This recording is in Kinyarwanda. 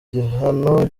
gihano